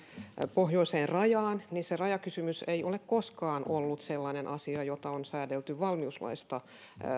pohjoiseen rajaan niin se rajakysymys ei ole koskaan ollut sellainen asia jota on säädelty valmiuslaista